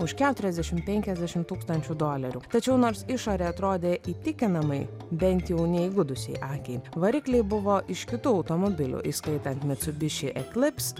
už keturiasdešim penkiasdešim tūkstančių dolerių tačiau nors išorė atrodė įtikinamai bent jau neįgudusiai akiai varikliai buvo iš kitų automobilių įskaitant mitsubishi eclipse